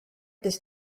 this